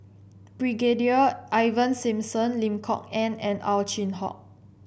Brigadier Ivan Simson Lim Kok Ann and Ow Chin Hock